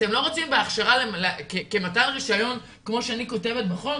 אתם לא רוצים ההכשרה כמתן רישיון כמו שאני כותבת בחוק,